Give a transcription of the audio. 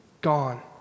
gone